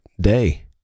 day